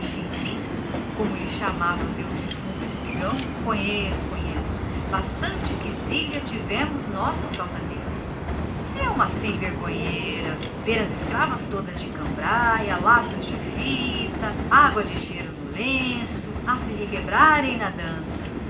chinfrins como lhes chamava o meu defunto espigão acudiu maria do carmo conheço ora se conheço bastante quizília tivemos nós por amor deles é uma sem vergonheira ver as escravas todas de cambraia laços de fita água de cheiro no lenço a requebrarem as chandangas na dança